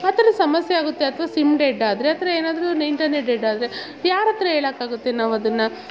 ಆ ಥರ ಸಮಸ್ಯೆ ಆಗುತ್ತೆ ಅಥ್ವಾ ಸಿಮ್ ಡೆಡ್ ಆದರೆ ಆ ಥರ ಏನಾದರೂ ಒನ್ ಇಂಟರ್ನೆಟ್ ಡೆಡ್ ಆದರೆ ಯಾರ ಹತ್ರ ಹೇಳೋಕ್ಕಾಗುತ್ತೆ ನಾವು ಅದನ್ನು